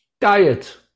diet